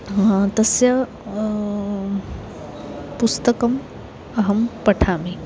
हा तस्य पुस्तकम् अहं पठामि